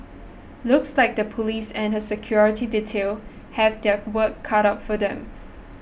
looks like the police and her security detail have their work cut out for them